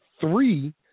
three